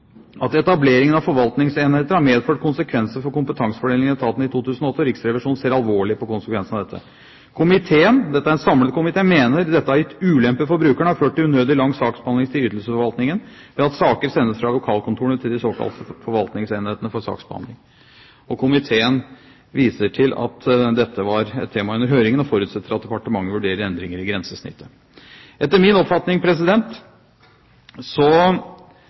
at «etableringen av forvaltningsenheter har medført konsekvenser for kompetansefordelingen i etaten i 2008, og Riksrevisjonen ser alvorlig på konsekvensen av dette. Komiteen» – dette er en samlet komité – «mener dette har gitt ulemper for brukerne og har ført til unødig lang saksbehandlingstid i ytelsesforvaltningen ved at saker sendes fra lokalkontorene til de såkalte forvaltningsenhetene for saksbehandling». Komiteen viser til at dette var et tema under høringen, og forutsetter at departementet vurderer endringer i grensesnittet. Etter min oppfatning